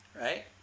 right